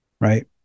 right